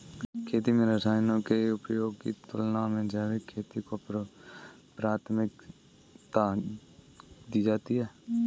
खेती में रसायनों के उपयोग की तुलना में जैविक खेती को प्राथमिकता दी जाती है